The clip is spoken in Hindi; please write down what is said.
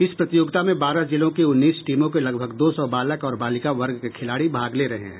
इस प्रतियोगिता में बारह जिलों की उन्नीस टीमों के लगभग दो सौ बालक और बालिका वर्ग के खिलाड़ी भाग ले रहे हैं